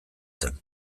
zen